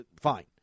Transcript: Fine